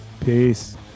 Peace